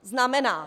Znamená.